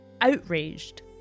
Outraged